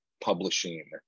publishing